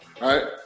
Right